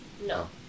No